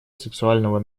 сексуального